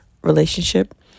relationship